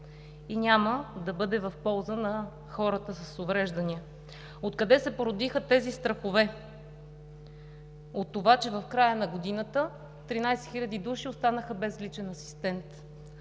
и няма да бъде в полза на хората с увреждания. Откъде се породиха тези страхове? От това, че в края на годината 13 хиляди души останаха без личен асистент.